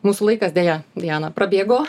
mūsų laikas deja diana prabėgo